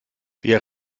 via